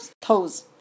Toes